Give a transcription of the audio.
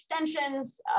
extensions